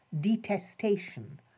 detestation